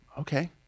okay